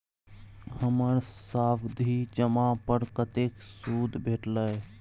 हमर सावधि जमा पर कतेक सूद भेटलै?